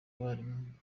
abarimu